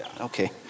Okay